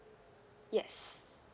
yes